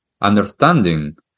understanding